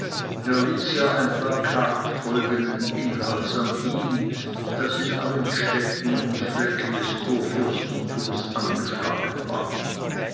ein plakat folgenden inhalts an ihn das in allen städten und flecken des kurfürstentums angeschlagen ward